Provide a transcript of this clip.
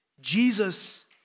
Jesus